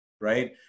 right